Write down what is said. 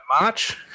March